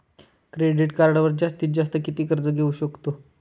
Credit कार्डवर जास्तीत जास्त किती कर्ज घेऊ शकतो?